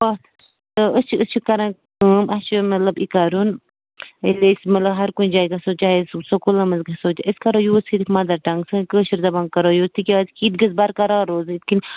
پتھ تہٕ أسۍ چھِ أسۍ چھِ کران کٲم اَسہِ چھِ مطلب یہِ کَرُن ییٚلہِ أسۍ مطلب ہر کُنہِ جایہِ گژھو چاہے سُہ سکوٗلَن منٛز گژھو تہٕ أسۍ کَرَو یوٗز صِرف مَدَر ٹنٛگ سٲنۍ کٲشِر زبان کَرَو یوٗز تِکیٛازِکہِ یہِ گژھِ بَرقرار روزٕنۍ یِتھٕ کٔنۍ